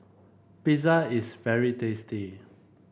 pizza is very tasty